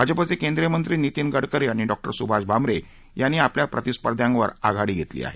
भाजपाचे केंद्रीय मंत्री नितीन गडकरी आणि डॉ सुभाष भामरे यांनी आपल्या प्रतिस्पर्ध्यावर मतांची आघाडी घेतली आहे